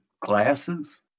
Glasses